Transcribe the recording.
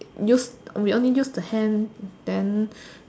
use we only use the hand then